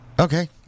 Okay